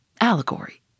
allegory